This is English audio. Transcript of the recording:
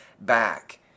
back